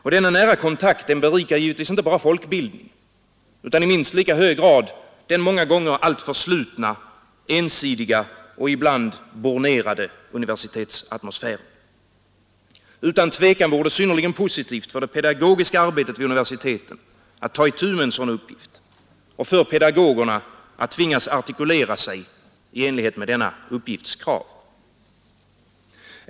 Och denna nära kontakt berikar givetvis inte bara folkbildningen utan i minst lika hög grad den många gånger alltför slutna, ensidiga och ibland bornerade universitetsatmosfären. Utan tvivel vore det synnerligen positivt för det pedagogiska arbetet vid universiteten att ta itu med en sådan uppgift och för pedagogerna att tvingas artikulera sig i enlighet med denna uppgifts krav.